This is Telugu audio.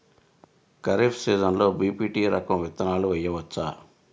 ఖరీఫ్ సీజన్లో బి.పీ.టీ రకం విత్తనాలు వేయవచ్చా?